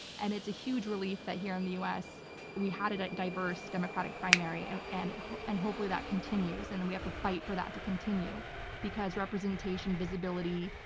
and it's a huge relief that here in the us we had a diverse democratic primary and and and hopefully that continues, and then and we have to fight for that to continue because representation, visibility,